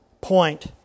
point